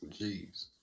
Jeez